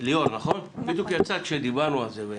ליאור, את בדיוק יצאת כשדיברנו על זה.